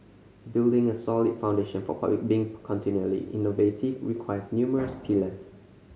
building a solid foundation for being continually innovative requires numerous pillars